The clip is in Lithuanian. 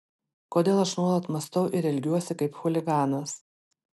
kodėl aš nuolat mąstau ir elgiuosi kaip chuliganas